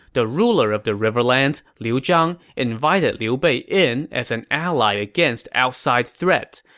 the ruler of the riverlands, liu zhang, invited liu bei in as an ally against outside threats,